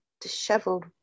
disheveled